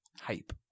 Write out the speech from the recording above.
Hype